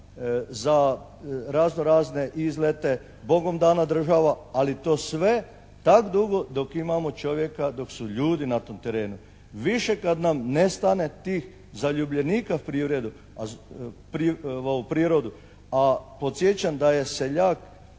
za raznorazne izlete bogom dana država, ali to sve tak dugo dok imamo čovjeka, dok su ljudi na tom terenu. Više kad nam nestane tih zaljubljenika u prirodu, a podsjećam da je seljak,